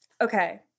Okay